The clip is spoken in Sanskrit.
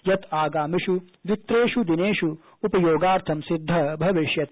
यत् आगामिष् द्वित्रेष् दिनेष् उपयोगार्थं सिद्धः भविष्यति